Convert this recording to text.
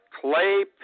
Clay